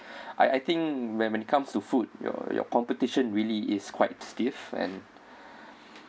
I I think when when it comes to food your your competition really is quite stiff and